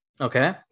Okay